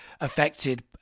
affected